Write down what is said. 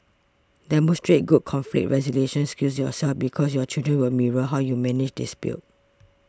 demonstrate good conflict resolution skills yourself because your children will mirror how you manage dispute